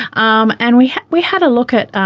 um and we we had a look at